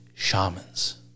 shamans